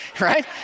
right